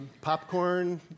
popcorn